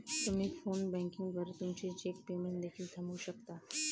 तुम्ही phone banking द्वारे तुमचे चेक पेमेंट देखील थांबवू शकता